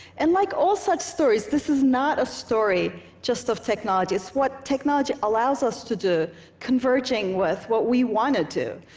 and like all such stories, this is not a story just of technology. it's what technology allows us to do converging with what we want to do.